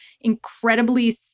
incredibly